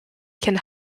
can